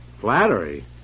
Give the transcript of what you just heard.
Flattery